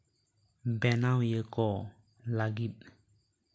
ᱵᱮᱱᱟᱣᱤᱭᱟᱹ ᱠᱚ ᱞᱟᱹᱜᱤᱫ